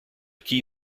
key